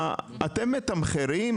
אתם מתמחרים?